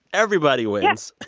everybody wins.